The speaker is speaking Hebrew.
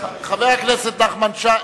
חבר הכנסת נחמן שי,